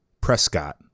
Prescott